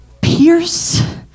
pierce